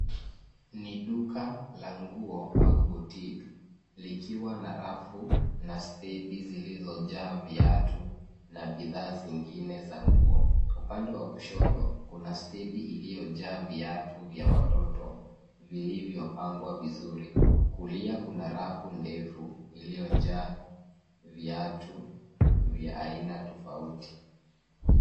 Ni duka la nguo au boutique , likiwa na rafu na stendi zilizojaa viatu na bidhaa zingine za nguo. Upande wa kushoto, kuna stendi iliyojaa viatu vya watoto, vilivyopangwa vizuri. Kulia kuna rafu ndefu, iliyojaa viatu vya aina tofauti.